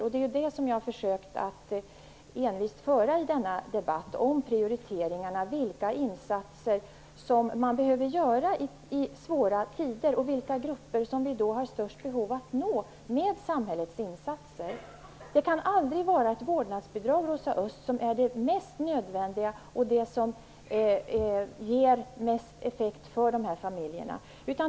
Det är prioriteringarna som jag har försökt att envist föra fram i denna debatt, vilka insatser som man behöver göra i svåra tider och vilka grupper som har störst behov av att vi når dem med samhällets insatser. Det kan aldrig vara ett vårdnadsbidrag, Rosa Östh, som är det mest nödvändiga och det som ger mest effekt för de här familjerna.